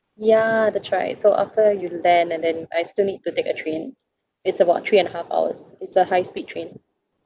ya that's right so after you land and then I still need to take a train it's about three and a half hours it's a high speed train